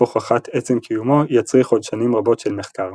הוכחת עצם קיומו יצריך עוד שנים רבות של מחקר.